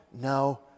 now